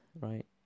right